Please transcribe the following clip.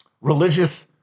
religious